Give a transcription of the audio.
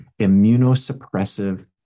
immunosuppressive